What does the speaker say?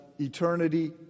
eternity